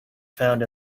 found